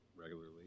regularly